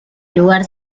lugar